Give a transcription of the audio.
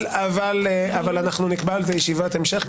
אבל נקבע על זה ישיבת המשך,